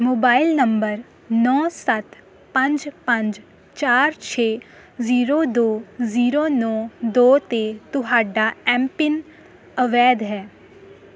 mobile number ਨੌ ਸੱਤ ਪੰਜ ਪੰਜ ਚਾਰ ਛੇ ਜ਼ੀਰੋ ਦੋ ਜ਼ੀਰੋ ਨੌ ਦੋ 'ਤੇ ਤੁਹਾਡਾ ਐੱਮ ਪਿੰਨ ਅਵੈਧ ਹੈ